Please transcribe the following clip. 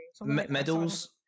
Medals